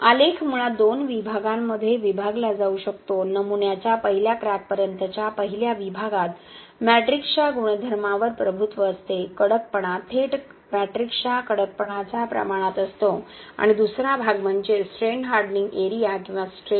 आलेख मुळात दोन विभागांमध्ये विभागला जाऊ शकतो नमुन्याच्या पहिल्या क्रॅकपर्यंतच्या पहिल्या विभागात मॅट्रिक्सच्या गुणधर्मांवर प्रभुत्व असते कडकपणा थेट मॅट्रिक्सच्या कडकपणाच्या प्रमाणात असतो आणि दुसरा भाग म्हणजे स्ट्रेन हार्डनिंग एरिया किंवा स्ट्रेन